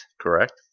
correct